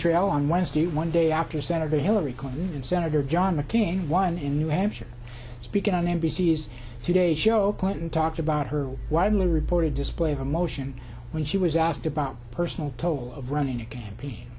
trail on wednesday one day after senator hillary clinton and senator john mccain won in new hampshire speaking on n b c s today show plantain talked about her widely reported display of emotion when she was asked about personal toll of running a campaign